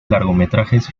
largometrajes